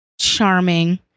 Charming